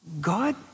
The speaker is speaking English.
God